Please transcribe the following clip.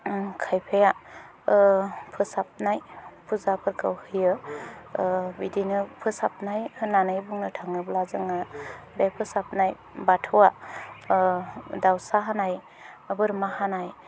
खायफाया फोसाबनाय फुजाफोरखौ होयो बिदिनो फोसाबनाय होननानै बुंनो थाङोब्ला जोङो बे फोसाबनाय बाथौआ दाउसा हानाय बोरमा हानाय